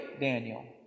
Daniel